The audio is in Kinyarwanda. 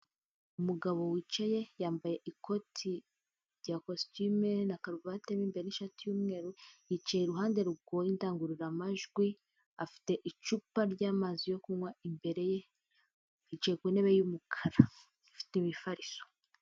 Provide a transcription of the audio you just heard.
Umugabo wicaye yambaye ikoti rya kositime na karuvati mo imbere n'ishati y'umweru, yicaye iruhande rw'indangururamajwi, afite icupa ry'amazi yo kunywa imbere ye, yicaye ku ntebe y'umukara ifite imifariso.